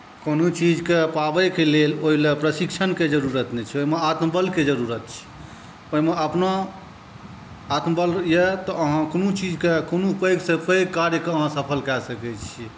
कोनो चीजके पाबैके लेल ओहिलए प्रशिक्षणके जरूरत नहि छै ओहिमे आत्मबलके जरूरत छै ओहिमे अपना आत्मबल अइ तऽ अहाँ कोनो चीजके कोनो पैघसँ पैघ कार्यके अहाँ सफल कऽ सकै छिए